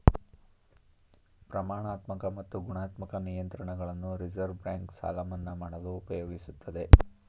ಪ್ರಮಾಣಾತ್ಮಕ ಮತ್ತು ಗುಣಾತ್ಮಕ ನಿಯಂತ್ರಣಗಳನ್ನು ರಿವರ್ಸ್ ಬ್ಯಾಂಕ್ ಸಾಲ ಮನ್ನಾ ಮಾಡಲು ಉಪಯೋಗಿಸುತ್ತದೆ